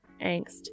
angst